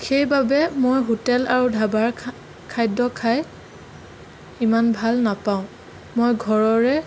সেইবাবে মই হোটেল আৰু ধাবাৰ খাদ্য খাই ইমান ভাল নাপাওঁ মই ঘৰৰে